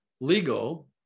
legal